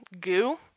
goo